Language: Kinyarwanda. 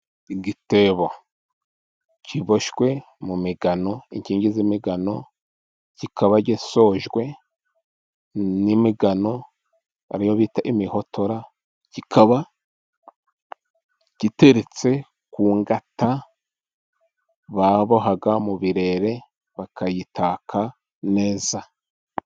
Igitebo kiboshywe mu migano, inkingi z'imigano, kikaba gisojwe n'imigano ariyo bita imihotora, kikaba giteretse ku ngata baboha mu birere, bakayitaka neza.